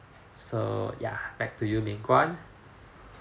so ya back to you ming-guan